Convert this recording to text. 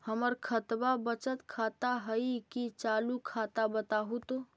हमर खतबा बचत खाता हइ कि चालु खाता, बताहु तो?